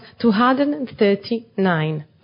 239